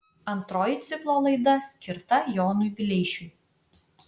antroji ciklo laida skirta jonui vileišiui